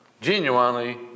Genuinely